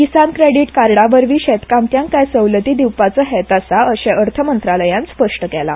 किसान क्रेडीट कार्डावरवी शेतकामत्यांक कांय सवलती दिवपाचो हेत आसा अशे अर्थ मंत्रालयान स्पष्ट केला